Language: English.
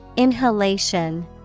Inhalation